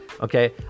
okay